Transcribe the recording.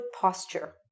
posture